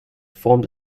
formed